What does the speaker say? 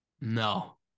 no